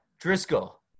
Driscoll